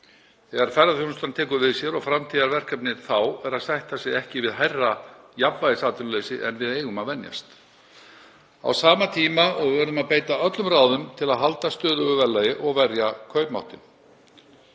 þegar ferðaþjónustan tekur við sér og framtíðarverkefnið þá er að sætta sig ekki við hærra jafnvægisatvinnuleysi en við eigum að venjast. Á sama tíma verðum við að beita öllum ráðum til að halda verðlagi stöðugu og verja kaupmáttinn.